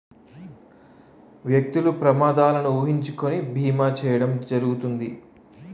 వ్యక్తులు ప్రమాదాలను ఊహించుకొని బీమా చేయడం జరుగుతుంది